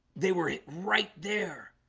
they were right there